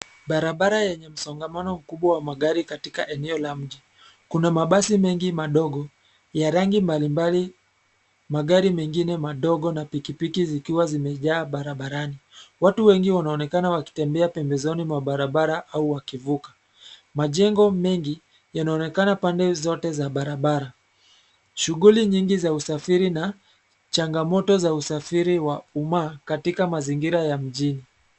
Barabara yenye msongamano mkubwa wa magari katika eneo la mji. Kuna mabasi mengi madogo ya rangi mbalimbali, magari mengine madogo na pikipiki zikiwa zimejaa barabarani. Watu wengi wanaonekana wakitembea pembezoni mwa barabara au wakivuka. Majengo mengi yanonekana pande zote za barabara. Shuguli nyingi za usafiri na changamoto za usafiri wa umma katika mazingira ya mjini.